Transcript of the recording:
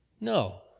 No